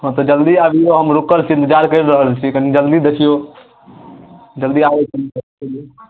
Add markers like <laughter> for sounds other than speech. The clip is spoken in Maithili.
हँ तऽ जल्दी आबियौ हम रुकल छी इन्तजार करि रहल छी कनि जल्दी देखियौ जल्दी आउ कनि <unintelligible>